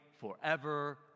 forever